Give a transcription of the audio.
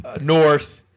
north